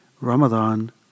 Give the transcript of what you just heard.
Ramadan